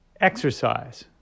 exercise